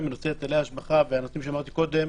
בנושא היטלי השבחה והנושאים שאמרתי קודם